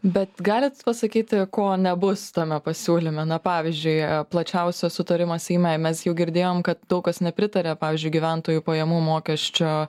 bet galit pasakyti ko nebus tame pasiūlyme na pavyzdžiui plačiausias sutarimas seime mes jau girdėjom kad daug kas nepritaria pavyzdžiui gyventojų pajamų mokesčio